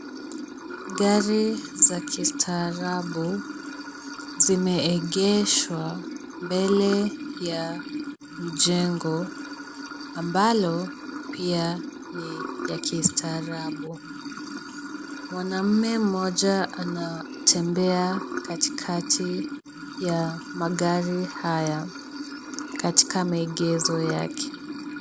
Gari za kistaarabu zimeegeshwa mbele ya jengo ambalo pia ni ya kistaarabu , mwanamme mmoja anatembea katikati ya magari haya ,katika maegezo yake.